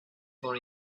for